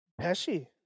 Pesci